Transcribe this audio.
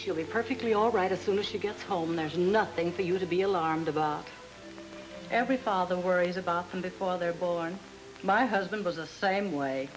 she'll be perfectly all right as soon as she gets home there's nothing for you to be alarmed about every father worries about them before they're born my husband was the same way